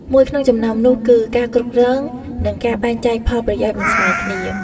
មួយក្នុងចំណោមនោះគឺ ការគ្រប់គ្រង និងការបែងចែកផលប្រយោជន៍មិនស្មើគ្នា។